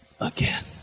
again